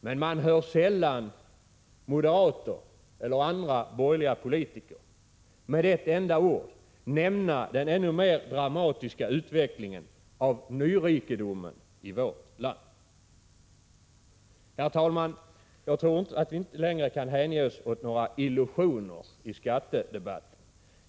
Men man hör sällan moderater eller andra borgerliga politiker med ett enda ord nämna den ännu mer dramatiska utvecklingen i fråga om nyrikedomen i vårt land. Herr talman! Jag tror att vi inte längre kan hänge oss åt några illusioner i skattedebatter.